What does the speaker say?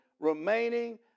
remaining